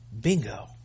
bingo